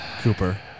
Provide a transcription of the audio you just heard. Cooper